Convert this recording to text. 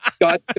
God